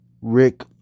Rick